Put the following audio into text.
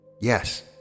Yes